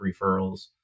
referrals